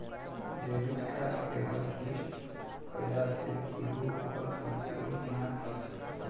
debit card के hotlist कईला से केहू ओकर दुरूपयोग ना कर सकेला